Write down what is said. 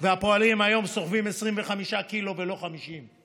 והפועלים היום סוחבים 25 ק"ג ולא 50 ק"ג.